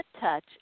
touch